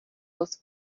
was